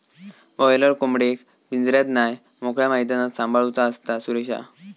boiler कोंबडेक पिंजऱ्यात नाय मोकळ्या मैदानात सांभाळूचा असता, सुरेशा